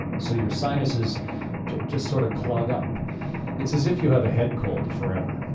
so your sinuses just just sort of clog up it's as if you have a head cold forever.